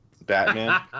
Batman